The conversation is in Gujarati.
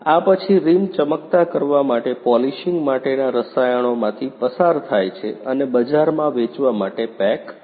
આ પછી રિમ ચમકતા કરવા માટે પોલિશિંગ માટેના રસાયણોમાંથી પસાર થાય છે અને બજારમાં વેચવા માટે પેક થાય છે